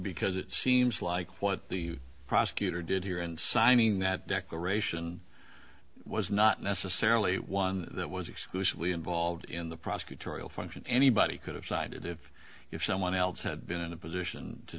because it seems like what the prosecutor did here and signing that declaration was not necessarily one that was exclusively involved in the prosecutorial function anybody could have cited if if someone else had been in a position to